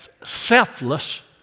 selfless